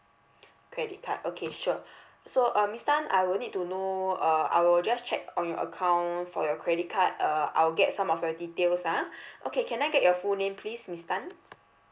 credit card okay sure so uh miss tan I will need to know uh I will just check on your account for your credit card uh I'll get some of your details ah okay can I get your full name please miss tan